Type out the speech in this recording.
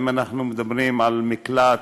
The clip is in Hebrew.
אם אנחנו מדברים על מקלטים,